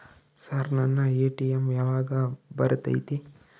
Sir ನನ್ನ ATM ಯಾವಾಗ ಬರತೈತಿ?